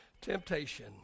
temptation